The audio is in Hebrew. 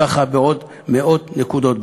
ככה בעוד מאות נקודות בעולם.